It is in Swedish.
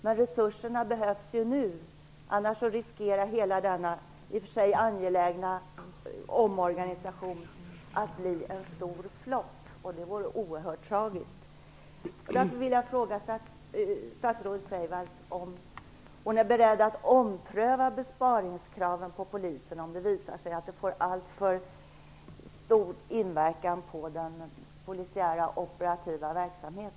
Men resurserna behövs ju nu, annars riskerar hela denna i och för sig angelägna omorganisation att bli en stor flopp, och det vore oerhört tragiskt.